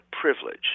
privilege